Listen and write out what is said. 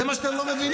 זה מה שאתם לא מבינים.